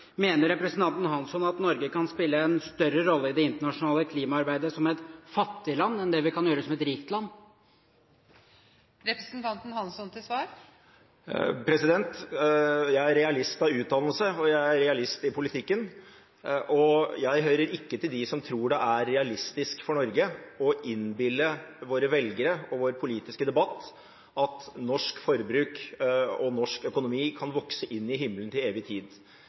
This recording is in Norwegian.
Mener representanten Hansson at Norge kan spille en større rolle i det internasjonale klimaarbeidet som et fattig land enn det vi kan gjøre som et rikt land? Jeg er realist av utdannelse, og jeg er realist i politikken. Jeg hører ikke til dem som tror det er realistisk i Norge å innbille våre velgere og vår politiske debatt at norsk forbruk og norsk økonomi kan vokse inn i himmelen til evig tid.